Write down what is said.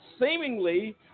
seemingly